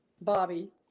Bobby